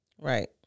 Right